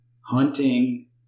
hunting